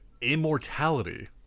Immortality